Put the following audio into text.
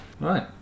Right